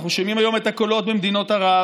אנחנו שומעים היום את הקולות במדינות ערב